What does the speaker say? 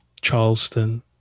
Charleston